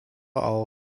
all